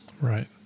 Right